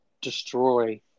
destroy